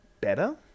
better